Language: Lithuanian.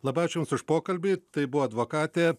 labai ačiū jums už pokalbį tai buvo advokatė